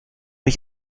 ich